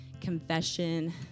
confession